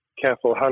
careful